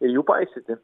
ir jų paisyti